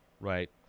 right